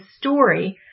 story